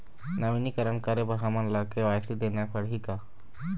नवीनीकरण करे बर हमन ला के.वाई.सी देना पड़ही का?